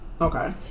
Okay